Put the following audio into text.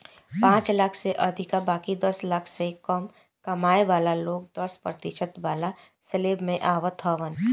पांच लाख से अधिका बाकी दस लाख से कम कमाए वाला लोग दस प्रतिशत वाला स्लेब में आवत हवन